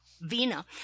Vina